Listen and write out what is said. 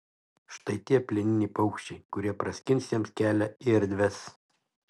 štai tie plieniniai paukščiai kurie praskins jiems kelią į erdves